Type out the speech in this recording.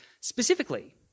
specifically